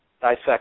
dissect